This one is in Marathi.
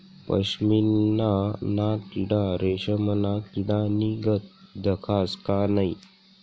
पशमीना ना किडा रेशमना किडानीगत दखास का नै